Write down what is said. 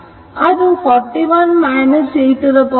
ಅದು 4 1 e 4 ಅಂದರೆ 3